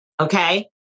Okay